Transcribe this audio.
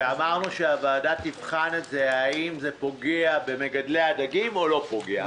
אמרנו שהוועדה תבחן האם זה פוגע במגדלי הדגים או לא פוגע,